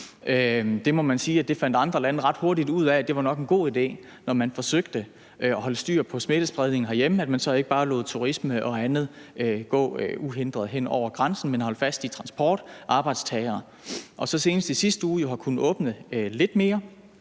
at andre lande ret hurtigt fandt ud af, at det nok var en god idé, at vi, når vi forsøgte at holde styr på smittespredningen herhjemme, så ikke bare lod turisme og andet gå uhindret hen over grænsen, men holdt fast i at tillade det for transport og arbejdstagere. Senest har vi i sidste uge kunnet åbne lidt mere,